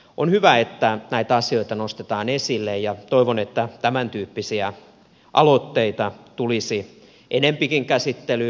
on hyvä että näitä asioita nostetaan esille ja toivon että tämäntyyppisiä aloitteita tulisi enempikin käsittelyyn